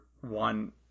one